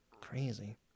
crazy